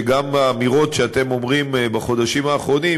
שגם האמירות שאתם אומרים בחודשים האחרונים,